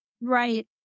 Right